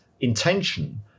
intention